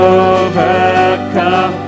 overcome